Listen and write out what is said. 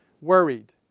worried